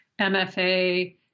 MFA